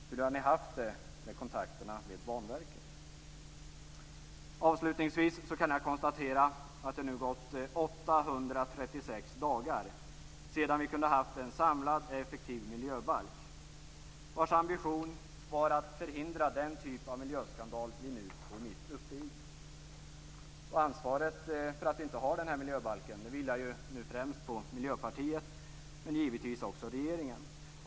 Hur har regeringen haft det med kontakterna med Banverket? Avslutningsvis kan jag konstatera att det nu gått 836 dagar sedan dess att vi kunde ha haft en samlad och effektiv miljöbalk vars ambition var att förhindra den typ av miljöskandal vi nu står mitt uppe i. Ansvaret för att vi inte har denna miljöbalk vilar nu främst på Miljöpartiet, men givetvis också på regeringen.